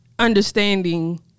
Understanding